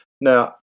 Now